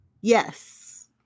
Yes